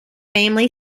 family